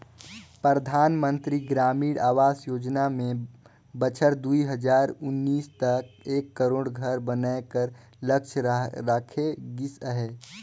परधानमंतरी ग्रामीण आवास योजना में बछर दुई हजार उन्नीस तक एक करोड़ घर बनाए कर लक्छ राखे गिस अहे